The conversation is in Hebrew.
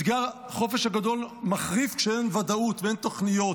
אתגר החופש הגדול מחריף כשאין ודאות ואין תוכניות.